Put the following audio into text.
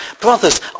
brothers